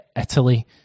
italy